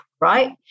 right